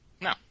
No